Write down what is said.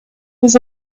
was